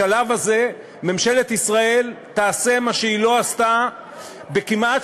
בשלב הזה ממשלת ישראל תעשה מה שהיא לא עשתה בכמעט